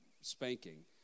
spanking